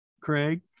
Craig